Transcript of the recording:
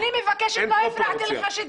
אין פרופורציה.